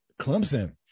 clemson